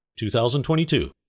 2022